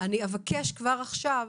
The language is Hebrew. אני אבקש כבר עכשיו